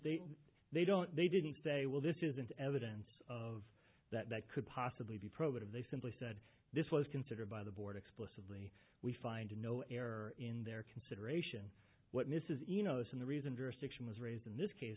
they they don't they didn't say well this isn't evidence of that that could possibly be probative they simply said this was considered by the board explicitly we find no error in their consideration what mrs you know this and the reason jurisdiction was raised in this case